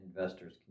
investors